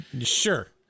Sure